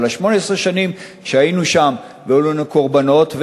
אבל 18 השנים שהיינו שם והיו לנו קורבנות,